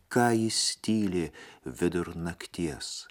ką jis tyli vidur nakties